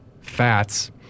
fats